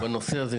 בנושא הזה,